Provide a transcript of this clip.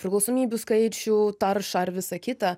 priklausomybių skaičių taršą ar visą kitą